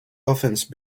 offence